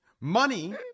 money